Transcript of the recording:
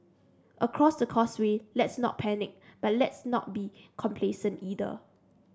across the causeway let's not panic but let's not be complacent either